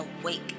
awake